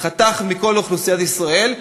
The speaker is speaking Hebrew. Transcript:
חתך של כל אוכלוסיית ישראל,